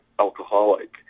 alcoholic